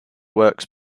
works